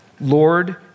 Lord